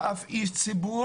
אף איש ציבור,